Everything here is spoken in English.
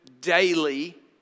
daily